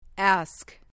Ask